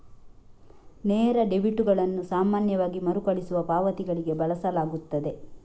ನೇರ ಡೆಬಿಟುಗಳನ್ನು ಸಾಮಾನ್ಯವಾಗಿ ಮರುಕಳಿಸುವ ಪಾವತಿಗಳಿಗೆ ಬಳಸಲಾಗುತ್ತದೆ